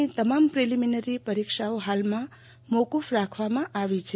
ની તમામ પ્રિલીમીનરી પરીક્ષાઓ હાલમાં મોકુફ રાખવામાં આવી છે